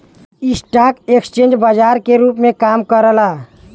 stock exchange बाजार के रूप में काम करला